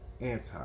Anti